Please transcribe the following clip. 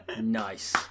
Nice